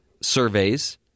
surveys